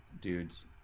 dudes